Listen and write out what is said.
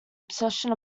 obsession